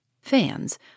fans